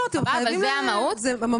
אבל זאת המהות של העניין.